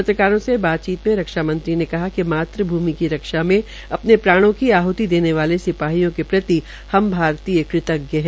पत्रकारों से बातचीत में रक्षा मंत्री ने कहा कि मातृ भूमि की रक्षा में अपने प्राणों की आहति देने वाले सिपाहियों के प्रति हम भारतीय कृतज्ञ है